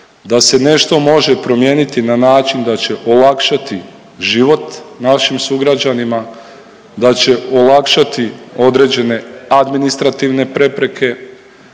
da se nešto može promijeniti na način da će olakšati život našim sugrađanima, da će olakšati određene administrativne prepreke